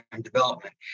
development